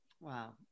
Wow